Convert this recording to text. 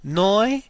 noi